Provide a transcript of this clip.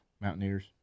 Mountaineers